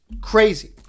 crazy